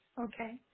Okay